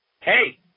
hey